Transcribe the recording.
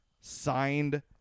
signed